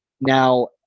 Now